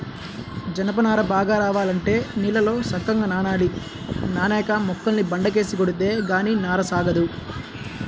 జనప నార బాగా రావాలంటే నీళ్ళల్లో సక్కంగా నానాలి, నానేక మొక్కల్ని బండకేసి కొడితే గానీ నార సాగదు